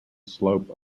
slope